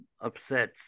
upset